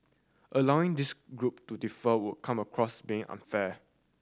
allowing this group to defer would come across being unfair